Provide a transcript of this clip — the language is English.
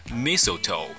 mistletoe